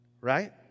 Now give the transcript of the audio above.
right